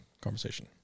conversation